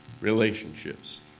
Relationships